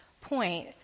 point